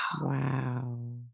Wow